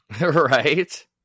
right